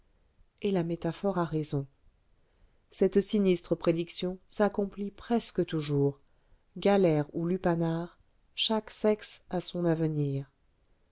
et la métaphore a raison cette sinistre prédiction s'accomplit presque toujours galères ou lupanar chaque sexe a son avenir